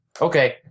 Okay